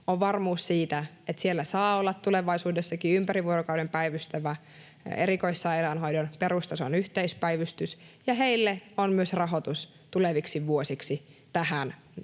on varmuus siitä, että siellä saa olla tulevaisuudessakin ympäri vuorokauden päivystävä erikoissairaanhoidon perustason yhteispäivystys, ja heille on myös rahoitus tuleviksi vuosiksi tähän korvamerkitty